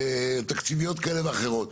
תקציביות כאלה ואחרות,